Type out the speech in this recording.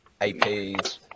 APs